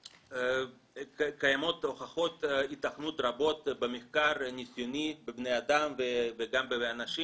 קיימות הוכחות היתכנות רבות במחקר ניסיוני בבני אדם וגם באנשים